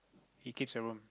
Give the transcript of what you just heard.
he keeps a room